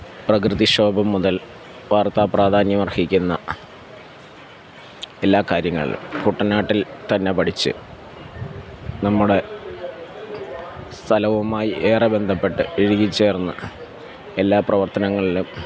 പ്രകൃതി ക്ഷോഭം മുതല് വാര്ത്താ പ്രധാന്യമര്ഹിക്കുന്ന എല്ലാ കാര്യങ്ങളിലും കുട്ടനാട്ടില്ത്തന്നെ പഠിച്ച് നമ്മുടെ സ്ഥലവുമായി ഏറെ ബന്ധപ്പെട്ട് ഇഴുകിച്ചേര്ന്ന് എല്ലാ പ്രവര്ത്തനങ്ങളിലും